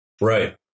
Right